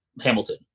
Hamilton